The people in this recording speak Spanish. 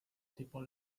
tipo